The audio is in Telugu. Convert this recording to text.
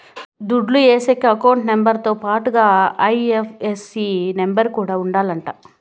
దుడ్లు ఏసేకి అకౌంట్ నెంబర్ తో పాటుగా ఐ.ఎఫ్.ఎస్.సి నెంబర్ కూడా ఉండాలంట